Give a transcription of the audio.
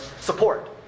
support